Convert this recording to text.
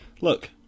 Look